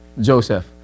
Joseph